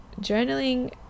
Journaling